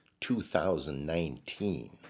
2019